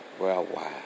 worldwide